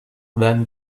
then